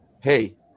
hey